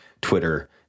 Twitter